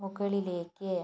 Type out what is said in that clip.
മുകളിലേക്ക്